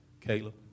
Caleb